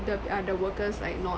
the uh the workers like not